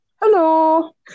Hello